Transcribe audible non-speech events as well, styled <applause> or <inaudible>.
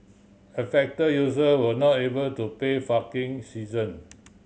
affected user were not able to pay <unintelligible> session